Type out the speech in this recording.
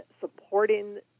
supporting